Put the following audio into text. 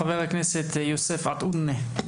חבר הכנסת יוסף עטאונה.